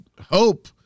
hope